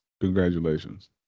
Congratulations